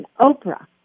Oprah